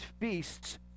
feasts